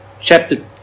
chapter